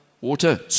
water